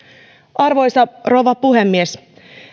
arvoisa rouva puhemies